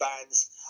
bands